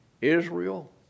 Israel